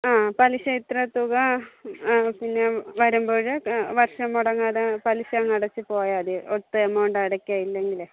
ആ പലിശ ഇത്ര തുക പിന്നെ വരുമ്പോൾ വർഷം മുടങ്ങാതെ പലിശ അങ്ങു അടച്ചു പോയാൽ മതി ഒറ്റ എമൗണ്ട് അടക്കാൻ ഇല്ലെങ്കിൽ